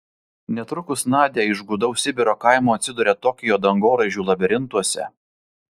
netrukus nadia iš gūdaus sibiro kaimo atsiduria tokijo dangoraižių labirintuose